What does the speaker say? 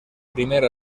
primer